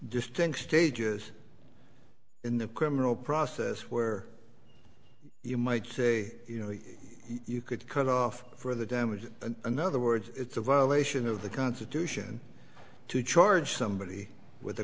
distinct stages in the criminal process where you might say you know you could cut off for the damage in another words it's a violation of the constitution to charge somebody with a